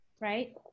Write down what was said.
right